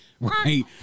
right